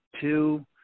two